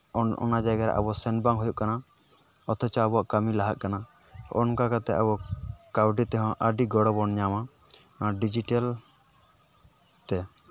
ᱚᱱᱟ ᱚᱱᱟ ᱡᱟᱭᱜᱟᱨᱮ ᱟᱵᱚ ᱥᱮᱱ ᱵᱟᱝ ᱦᱩᱭᱩᱜ ᱠᱟᱱᱟ ᱚᱛᱷᱚᱪᱚ ᱟᱵᱚᱣᱟᱜ ᱠᱟᱹᱢᱤ ᱞᱟᱦᱟᱜ ᱠᱟᱱᱟ ᱚᱱᱠᱟ ᱠᱟᱛᱮᱫ ᱟᱵᱚ ᱠᱟᱹᱣᱰᱤ ᱛᱮᱦᱚᱸ ᱟᱹᱰᱤ ᱜᱚᱲᱚ ᱵᱚᱱ ᱧᱟᱢᱟ ᱱᱚᱣᱟ ᱰᱤᱡᱤᱴᱮᱞ ᱛᱮ